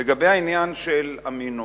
לגבי עניין המינוי,